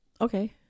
okay